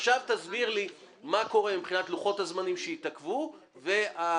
עכשיו תסביר לי מה קורה מבחינת לוחות הזמנים שיתעכבו והעלויות,